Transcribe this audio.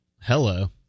Hello